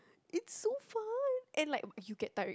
it's so fun and like you get tired